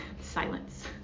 Silence